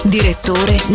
Direttore